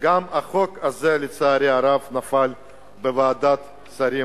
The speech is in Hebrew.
גם החוק הזה, לצערי הרב, נפל בוועדת השרים